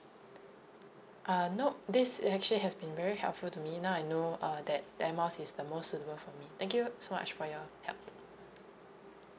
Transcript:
uh nope this actually has been very helpful to me now I know err that the air miles is the most suitable for me thank you so much for your help